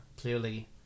clearly